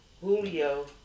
Julio